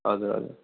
हजुर हजुर